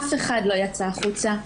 אף אחד לא יצא החוצה,